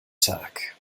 tag